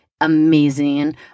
Amazing